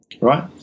right